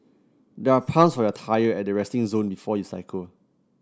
there are pumps for your tyre at the resting zone before you cycle